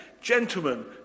Gentlemen